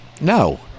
no